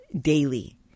daily